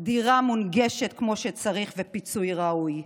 דירה מונגשת כמו שצריך ופיצוי ראוי.